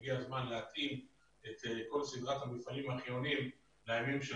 הגיע הזמן להתאים את כול סדרת המפעלים החיוניים לימים של